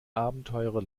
abenteurer